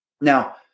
Now